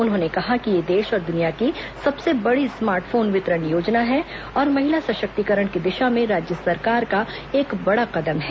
उन्होंने कहा कि यह देश और दुनिया की सबसे बड़ी स्मार्ट फोन वितरण योजना है और महिला सशक्तिकरण की दिशा में राज्य सरकार का एक बड़ा कदम है